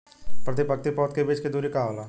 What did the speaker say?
प्रति पंक्ति पौधे के बीच के दुरी का होला?